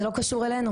זה לא קשור אלינו.